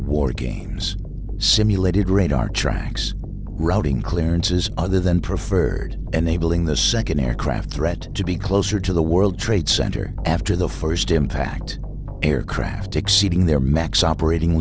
wargames simulated radar tracks routing clearances other than preferred enabling the second aircraft threat to be closer to the world trade center after the first impact aircraft exceeding their max operating